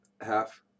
half